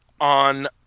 on